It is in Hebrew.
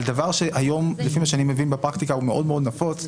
דבר שהיום לפי מה שאני מבין בפרקטיקה הוא מאוד מאוד נפוץ,